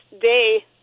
day